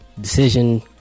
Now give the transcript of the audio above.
decision